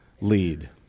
lead